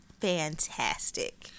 fantastic